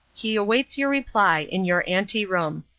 he awaits your reply in your ante-room.